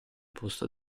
posto